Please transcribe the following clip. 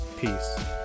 Peace